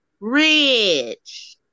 rich